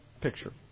picture